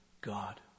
God